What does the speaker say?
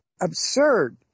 absurd